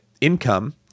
income